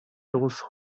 those